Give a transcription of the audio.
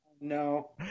No